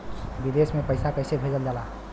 विदेश में पैसा कैसे भेजल जाला?